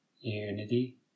unity